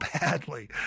badly